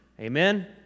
Amen